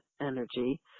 energy